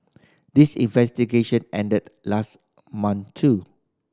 this investigation ended last month too